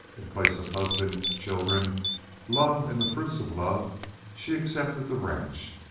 in place of husband, children love and the fruits of love she accepted the ranch.